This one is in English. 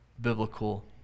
biblical